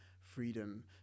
freedom